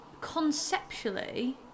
conceptually